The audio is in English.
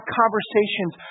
conversations